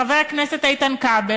חבר הכנסת איתן כבל,